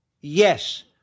Yes